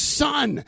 son